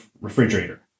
refrigerator